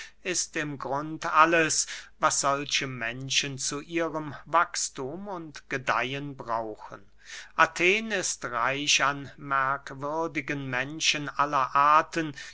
ist im grund alles was solche menschen zu ihrem wachsthum und gedeihen brauchen athen ist reich an merkwürdigen menschen aller arten